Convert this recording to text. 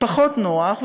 פחות נוח,